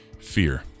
Fear